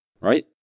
right